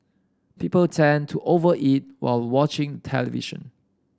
people tend to over eat while watching television